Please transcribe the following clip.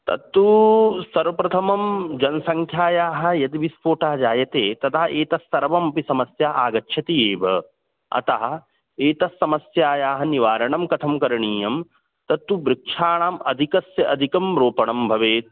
तत्तु सर्वप्रथमं जनसङ्ख्यायाः यद्विस्फोटः जायते तदा एतत् सर्वमपि समस्या आगच्छति एव अतः एतस्समस्यायाः निवारणं कथं करणीयं तत्तु वृक्षाणाम् अधिकस्य अधिकं रोपणं भवेत्